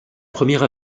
première